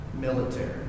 military